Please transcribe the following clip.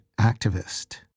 activist